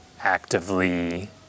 actively